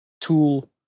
tool